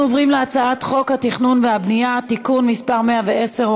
הצעת חוק העמותות (תיקון מס' 16),